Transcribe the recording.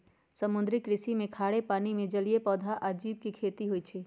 समुद्री कृषि में खारे पानी में जलीय पौधा आ जीव के खेती होई छई